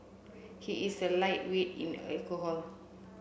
he is a lightweight in alcohol